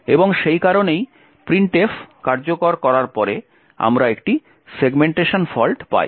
এবং সেই কারণেই printf কার্যকর করার পরে আমরা একটি সেগমেন্টেশন ফল্ট পাই